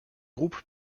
groupe